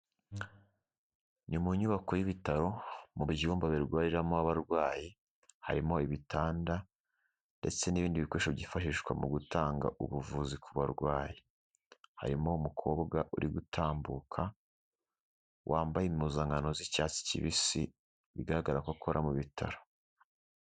Ni mu nyubako y'ibitaro mu byumba birwariramo abarwayi, harimo ibitanda ndetse n'ibindi bikoresho byifashishwa mu gutanga ubuvuzi ku barwayi. Harimo umukobwa uri gutambuka wambaye impuzankano z'icyatsi kibisi, bigaragara ko akora mu bitaro.